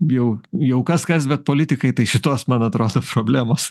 bijau jau kas kas bet politikai tai šitos man atrodo problemos